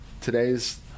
today's